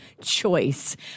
choice